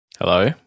Hello